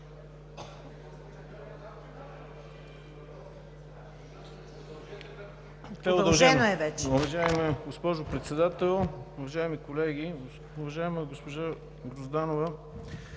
Уважаема госпожо Грозданова,